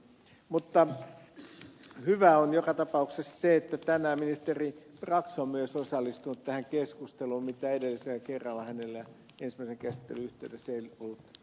mutta hyvää on joka tapauksessa se että tänään ministeri brax on myös osallistunut tähän keskusteluun mihin edellisellä kerralla ensimmäisen käsittelyn yhteydessä hänelle ei ollut mahdollista